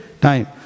time